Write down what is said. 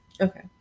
Okay